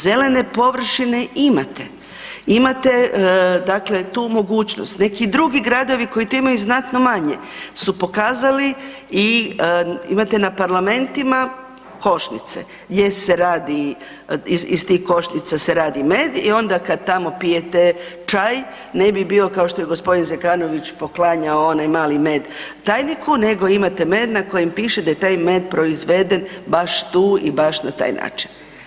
Zelene površine imate, imate dakle tu mogućnost, neki drugi gradovi koji to imaju znatno manje su pokazali i imate na parlamentima košnice gdje se radi, iz tih košnica se radi med i onda kad tamo pijete čaj, ne bi bio kao što je g. Zekanović poklanjao onaj mali med tajniku nego imate med na kojem piše da je taj med proizveden baš tu i baš na taj način.